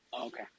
Okay